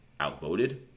outvoted